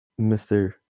Mr